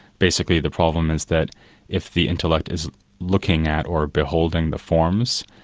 basically the problem is that if the intellect is looking at or beholding the forms,